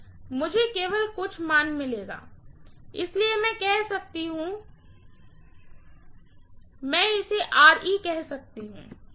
मुझे केवल कुल मान मिलेगा इसलिए मैं इसे कह सकती हूँ मैं इसे कह सकती हूँ